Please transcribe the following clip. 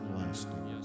lasting